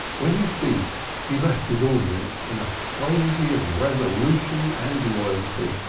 when he ceased he left his audience in a frenzy of resolution and loyalty.